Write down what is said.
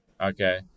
okay